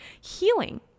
Healing